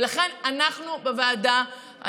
ולכן אנחנו בוועדה,